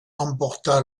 emporta